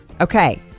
Okay